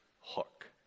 hook